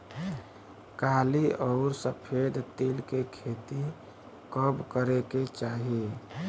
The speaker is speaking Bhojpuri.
काली अउर सफेद तिल के खेती कब करे के चाही?